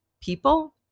people